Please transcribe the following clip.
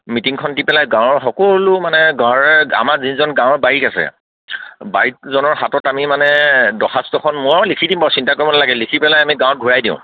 মিটিংখন দি পেলাই গাঁৱৰ সকলো মানে গাঁৱৰে আমাৰ যিজন গাঁৱৰ বাৰিক আছে বাৰিকজনৰ হাতত আমি মানে দৰখাস্তখন মই লিখি দিমি বাউ চিন্তা কৰিব নালাগে লিখি পেলাই আমি গাঁৱত ঘূৰাই দিওঁ